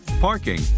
parking